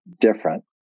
different